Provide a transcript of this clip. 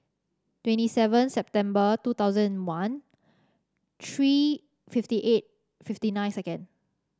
twenty seven September two thousand and one three fifty eight fifty nine second